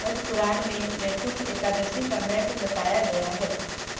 पद्म पुराण में वैकुंठ एकादशी का महत्व बताया गया है